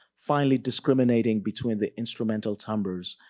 finally discriminating between the instrumental tumbers,